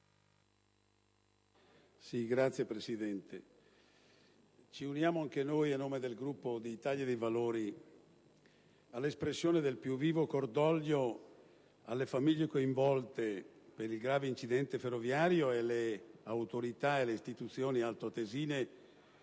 Signor Presidente, mi unisco anch'io, a nome del Gruppo Italia dei Valori, all'espressione del più vivo cordoglio alle famiglie coinvolte nel grave incidente ferroviario e alle autorità e alle istituzioni altoatesine.